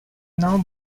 now